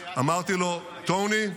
טוני,